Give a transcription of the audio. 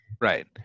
right